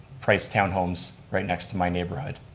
priced town homes right next to my neighborhood?